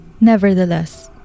Nevertheless